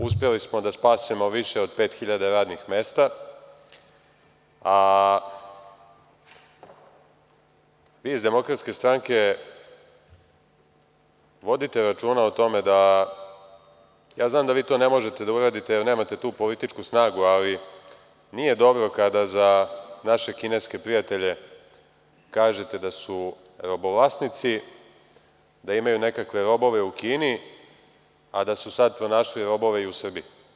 Uspeli smo da spasemo više od 5.000 radnih mesta, a vi iz DS vodite računa o tome, mada ja znam da vi to ne možete da uradite, jer nemate tu političku snagu, ali nije dobro kada za naše kineske prijatelje kažete da su robovlasnici, da imaju nekakve robove u Kini, a da su sada pronašli robove i u Srbiji.